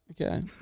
Okay